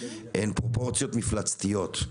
הם פרופורציות מפלצתיות.